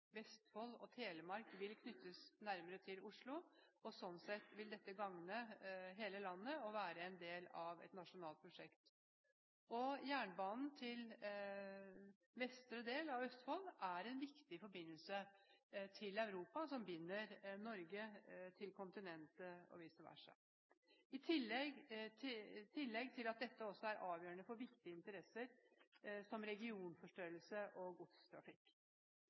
Vestfold og Telemark vil knyttes nærmere til Oslo, og sånn sett vil dette gagne hele landet og være en del av et nasjonalt prosjekt. Jernbanen til vestre del av Østfold er en viktig forbindelse til Europa, som binder Norge til kontinentet, og vice versa, i tillegg til at dette også er avgjørende for viktige interesser som regionforstørrelse og godstrafikk.